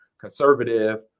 conservative